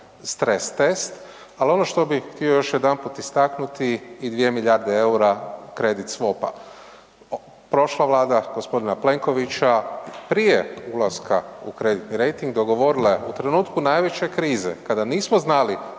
stres test. Al ono što bi htio još jedanput istaknuti i 2 milijarde EUR-a kredit SVOP-a. Prošla vlada g. Plenkovića prije ulaska u kreditni rejting dogovorila je u trenutku najveće krize kada nismo znali